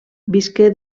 visqué